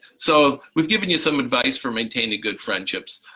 so we've given you some advice for maintaining good friendships,